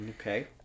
Okay